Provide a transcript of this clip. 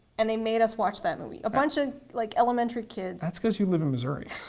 and they made us watch that movie. a bunch of like elementary kids. that's because you live in missouri.